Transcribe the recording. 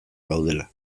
gaudela